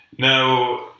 Now